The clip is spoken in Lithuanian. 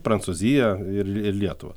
prancūziją ir ir lietuvą